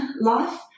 life